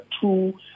two